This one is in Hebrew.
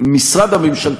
המשרד הממשלתי